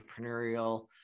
entrepreneurial